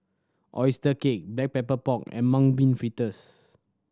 oyster cake Black Pepper Pork and Mung Bean Fritters